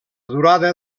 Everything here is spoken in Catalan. durada